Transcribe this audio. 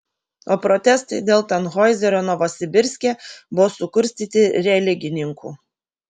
o protestai dėl tanhoizerio novosibirske buvo sukurstyti religininkų